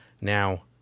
Now